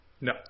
No